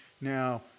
now